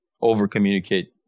over-communicate